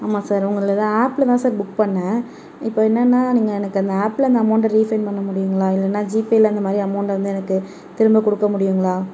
ஆமாம் சார் உங்கள்கிட்ட தான் சார் ஆப்பில் தான் சார் புக் பண்ணிணேன் இப்போ என்னென்னா நீங்கள் எனக்கு அந்த ஆப்பில் அந்த அமௌண்ட்டை ரீஃபைண்ட் பண்ண முடியுங்களா இல்லைன்னா ஜீபேயில் அந்த மாதிரி அமௌண்ட்டை வந்து எனக்கு திரும்ப கொடுக்க முடியுங்களா